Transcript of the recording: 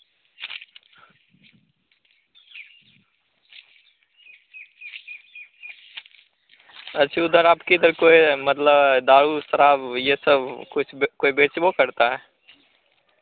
अच्छा उधर आपके इधर कोई मतलब दारु शराब यह सब कुछ बे कोई बेच करता है